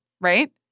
right